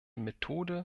methode